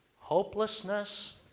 hopelessness